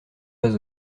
pas